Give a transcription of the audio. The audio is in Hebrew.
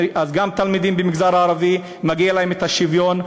אז גם לתלמידים במגזר הערבי מגיע שוויון,